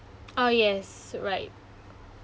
oh yes right